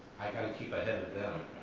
i got to keep ahead